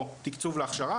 או תקצוב להכשרה,